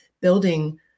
building